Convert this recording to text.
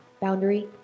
Boundary